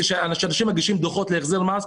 שאנשים מגישים דוחות להחזר מס,